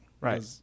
Right